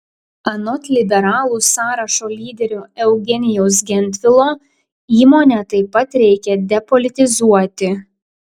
anot liberalų sąrašo lyderio eugenijaus gentvilo įmonę taip pat reikia depolitizuoti